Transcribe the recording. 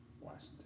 Washington